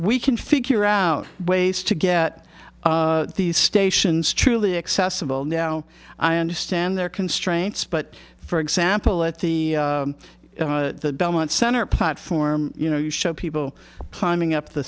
we can figure out ways to get these stations truly accessible now i understand there are constraints but for example at the belmont center platform you know you show people climbing up the